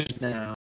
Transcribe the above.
now